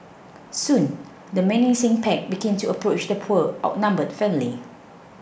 soon the menacing pack began to approach the poor outnumbered family